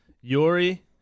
Yuri